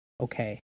okay